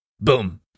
Boom